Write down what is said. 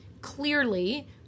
clearly